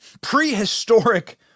prehistoric